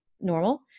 normal